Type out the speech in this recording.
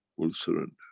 will surrender.